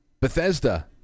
Bethesda